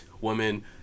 women